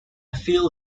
feel